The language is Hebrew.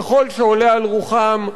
ככל שעולה על רוחם.